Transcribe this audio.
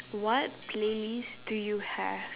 what playlist do you have